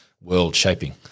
world-shaping